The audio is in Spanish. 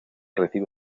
recibe